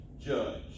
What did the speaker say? judge